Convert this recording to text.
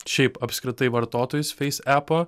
šiaip apskritai vartotojus feis epo